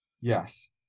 Yes